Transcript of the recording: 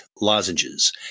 lozenges